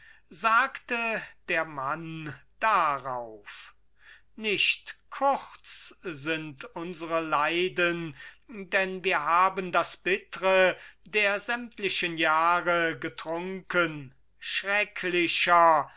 sagte der mann darauf nicht kurz sind unsere leiden denn wir haben das bittre der sämtlichen jahre getrunken schrecklicher